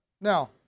now